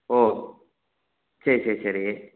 ஓ சரி சரி சரி